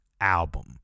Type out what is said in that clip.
album